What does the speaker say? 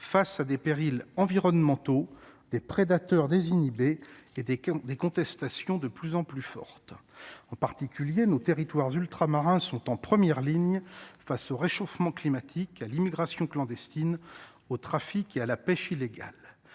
face à des périls environnementaux des prédateurs désinhibé qui était des contestations de plus en plus forte, en particulier nos territoires ultramarins sont en première ligne face au réchauffement climatique à l'immigration clandestine, au trafic et à la pêche illégale,